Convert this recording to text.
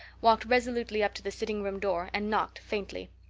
walked resolutely up to the sitting-room door and knocked faintly.